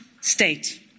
state